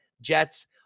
Jets